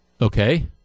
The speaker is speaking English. Okay